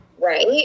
right